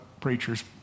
preachers